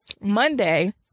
Monday